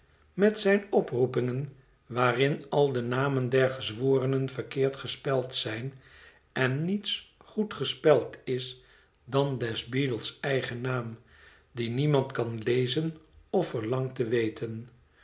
met zijne oproepingen waarin al de namen der gezworenen verkeerd gespeld zijn en niets goed gespeld is dan des beadle s eigen naam dien niemand kan lézen of verlangt te weten